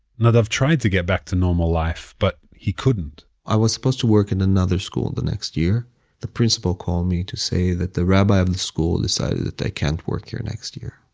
nadav tried to get back to normal life, but he couldn't i was supposed to work at and another school the next year the principal called me to say that the rabbi of the school decided that i can't work here next year.